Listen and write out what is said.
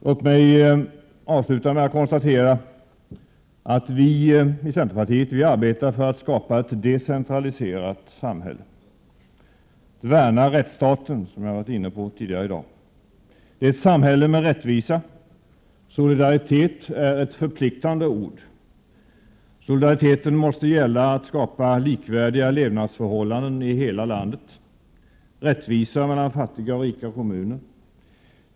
Låt mig konstatera att vi i centerpartiet arbetar för att skapa ett decentraliserat samhälle och för att värna rättsstaten, något som jag har varit inne på tidigare i dag, dvs. ett samhälle med rättvisa. Solidaritet är ett förpliktande ord, och solidariteten måste gälla att det skapas likvärdiga levnadsförhållanden i hela landet och rättvisa mellan rika och fattiga kommuner.